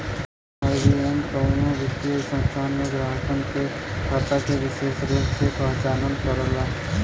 IBAN कउनो वित्तीय संस्थान में ग्राहक के खाता के विसेष रूप से पहचान करला